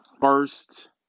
first